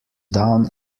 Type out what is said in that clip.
down